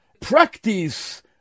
practice